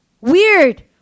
weird